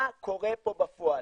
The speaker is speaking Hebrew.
מה קורה פה בפועל?